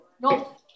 No